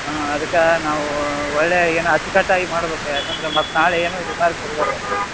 ಹಾಂ ಅದಕ್ಕ ನಾವು ಒಳ್ಳೆಯ ಏನು ಅಚ್ಚುಕಟ್ಟಾಗಿ ಮಾಡ್ಬೇಕು ಯಾಕಂದರೆ ಮತ್ತೆ ನಾಳೆ ಏನು ರಿಮಾರ್ಕ್ ಬರಬಾರದು